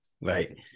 Right